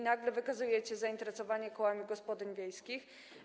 Nagle wykazujecie zainteresowanie kołami gospodyń wiejskich.